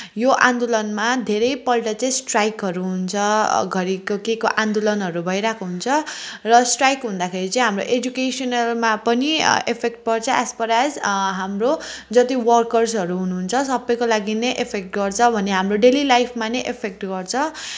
यो आन्दोलनमा धेरैपल्ट चाहिँ स्ट्राइकहरू हुन्छ घरि केको आन्दोलनहरू भइरहेको हुन्छ र स्ट्राइक हुँदाखेरि चाहिँ हाम्रो एजुकेसनलमा पनि इफेक्ट पर्छ एज पर एज हाम्रो जति वर्कर्सहरू हुनुहुन्छ सबैको लागि नै इफेक्ट गर्छ भने हाम्रो डेली लाइफमा नै इफेक्ट गर्छ